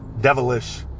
devilish